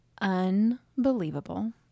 unbelievable